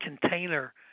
container